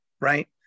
Right